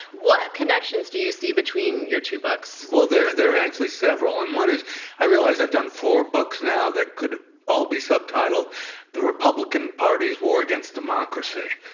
what connections do you see between your two books? well, there there are actually several, and one is i realize i've done four books now that could all be subtitled the republican party's war against democracy,